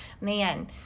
man